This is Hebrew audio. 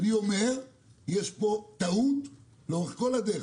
אני אומר שיש פה טעות לכל אורך הדרך.